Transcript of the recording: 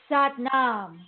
Satnam